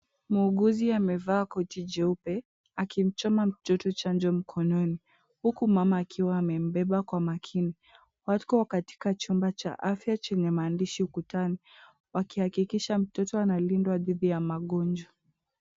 Muuguzi amevaa koti jeupe akimchoma mtoto chanjo mkononi huku mama akiwa amembeba kwa makini wako katika chumba cha afya chenye maandishi ukutani wakihakikisha mtoto analindwa dhidi ya magonjwa.